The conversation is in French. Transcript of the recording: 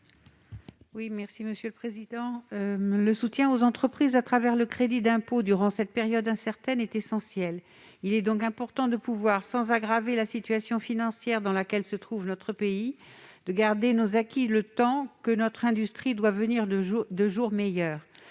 à Mme Jacky Deromedi. Le soutien aux entreprises à travers le crédit d'impôt durant cette période incertaine est essentiel. Il est important, sans aggraver la situation financière dans laquelle se trouve notre pays, que nous puissions garder nos acquis, le temps que notre industrie voie venir des jours meilleurs.